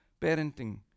parenting